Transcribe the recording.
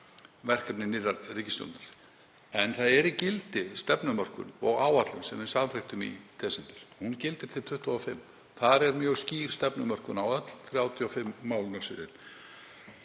verkefni nýrrar ríkisstjórnar. En það er í gildi stefnumörkun og áætlun sem við samþykktum í desember. Hún gildir til 2025. Þar er mjög skýr stefnumörkun á öllum 35 málefnasviðum.